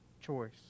choice